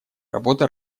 работы